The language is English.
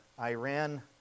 Iran